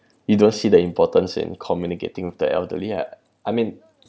you don't see the importance in communicating with the elderly ah I mean